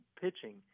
pitching